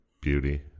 Beauty